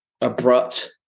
abrupt